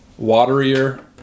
waterier